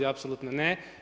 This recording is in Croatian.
Apsolutno ne.